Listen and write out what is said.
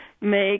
make